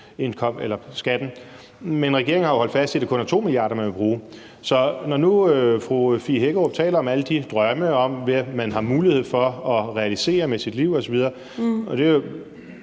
Men regeringen har jo holdt fast i, at det kun er 2 mia. kr., man vil bruge. Så når nu fru Fie Hækkerup taler om alle de drømme og om, hvad man har mulighed for at realisere med sit liv osv.